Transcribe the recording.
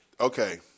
Okay